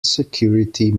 security